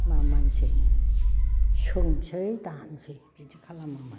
माबानोसै सोमसै दानोसै बिदि खालामोमोन